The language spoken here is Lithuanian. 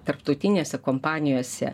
tarptautinėse kompanijose